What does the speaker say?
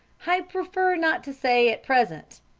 i prefer not to say at present,